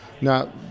now